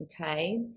okay